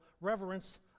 reverence